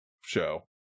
show